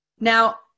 Now